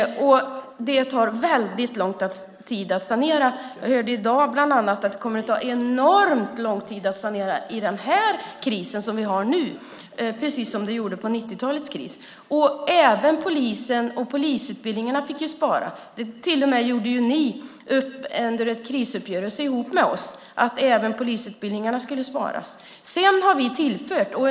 Det tar väldigt lång tid att sanera. Jag hörde i dag bland annat att det kommer att ta enormt lång tid att sanera efter den kris som vi har nu, precis som det gjorde efter 90-talets kris. Även polisen och polisutbildningarna fick spara. Ni gjorde till och med upp med oss under en krisuppgörelse om att även polisutbildningarna skulle spara. Sedan har vi tillfört resurser.